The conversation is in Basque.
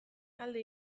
alde